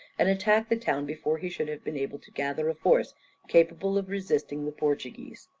and attack the town before he should have been able to gather a force capable of resisting the portuguese.